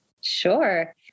sure